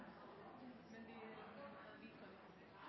men det er